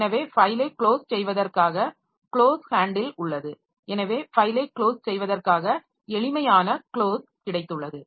எனவே ஃபைலை க்ளோஸ் செய்வதற்காக க்ளோஸ் ஹேன்டில் உள்ளது எனவே ஃபைலை க்ளோஸ் செய்வதற்காக எளிமையான க்ளோஸ் கிடைத்துள்ளது